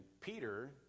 Peter